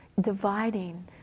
dividing